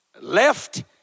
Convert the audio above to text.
left